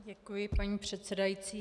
Děkuji, paní předsedající.